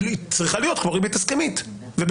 היא צריכה להיות כמו ריבית הסכמית ובריבית